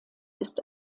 ist